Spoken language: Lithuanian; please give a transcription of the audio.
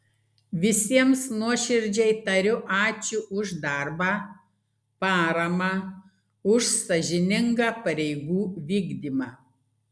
visiems nuoširdžiai tariu ačiū už darbą paramą už sąžiningą pareigų vykdymą